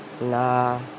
Nah